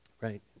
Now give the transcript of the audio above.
right